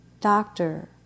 Doctor